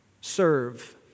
Serve